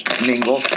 mingle